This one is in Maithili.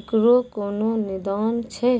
इकरो कोनो निदान छै?